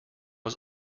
was